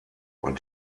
wann